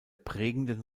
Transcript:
prägenden